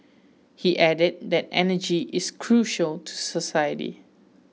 he added that energy is crucial to society